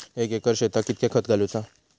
एक एकर शेताक कीतक्या खत घालूचा?